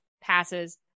passes